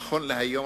נכון להיום,